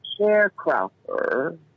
sharecropper